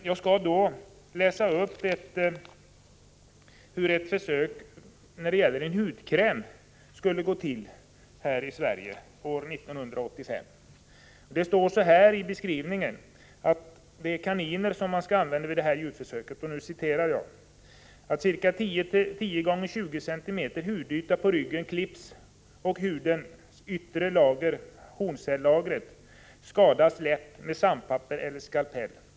Jag skall läsa upp beskrivningen av hur ett försök när det gäller en hudkräm kan gå till här i Sverige år 1985. Det är kaniner som skall användas vid detta djurförsök, och jag citerar nu beskrivningen: ”Ca 10x20 cm hudyta på ryggen klipps och hudens yttre lager skadas lätt med sandpapper eller skalpell.